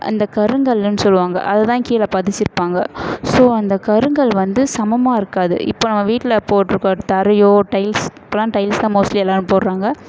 அந்த கருங்கல்லுன்னு சொல்லுவாங்க அதைதான் கீழே பதிச்சுருப்பாங்க ஸோ அந்த கருங்கல் வந்து சமமாக இருக்காது இப்போ நம்ம வீட்டில் போட்டிருக்குற தரையோ டைல்ஸ் இப்பெலாம் டைல்ஸ் தான் மோஸ்ட்லி எல்லாேரும் போடுறாங்க